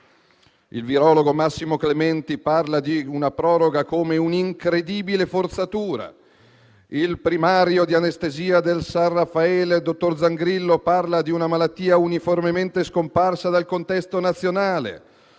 Il virologo Massimo Clementi parla di una proroga come di un'incredibile forzatura; il primario di anestesia del San Raffaele, dottor Zangrillo, parla di una malattia uniformemente scomparsa dal contesto nazionale;